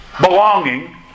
belonging